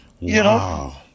Wow